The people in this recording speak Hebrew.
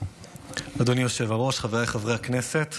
אדוני היושב-ראש, חבריי חברי הכנסת,